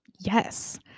Yes